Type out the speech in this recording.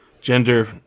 gender